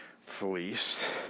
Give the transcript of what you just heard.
fleece